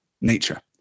nature